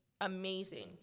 amazing